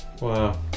wow